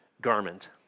garment